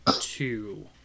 two